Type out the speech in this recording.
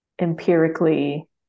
empirically